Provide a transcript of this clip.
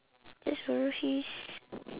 just borrow his